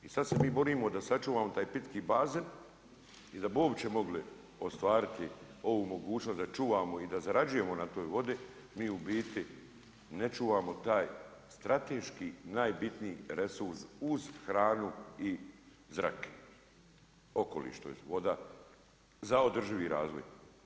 I sada se mi borimo da sačuvamo taj pitki bazen i da bi uopće mogli ostvariti ovu mogućnost da čuvamo i da zarađujemo na toj vodi, mi u biti ne čuvamo taj strateški najbitniji resurs uz hranu i zrake, okoliš tj. voda za održivi razvoj.